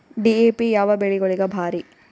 DAP ಯಾವ ಬೆಳಿಗೊಳಿಗ ಭಾರಿ?